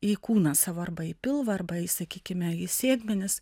į kūną savo arba į pilvą arba į sakykime į sėdmenis